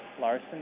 Larson